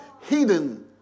hidden